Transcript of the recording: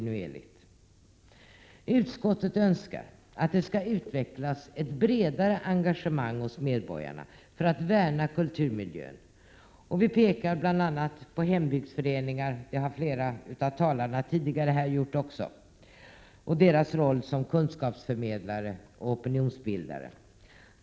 Utskottet önskar att det skall utvecklas ett bredare engagemang hos medborgarna för att värna kulturmiljön. Vi pekar bl.a. på hembygdsföreningar — det har flera av de tidigare talarna också gjort — och deras roll som kunskapsförmedlare och opinionsbildare.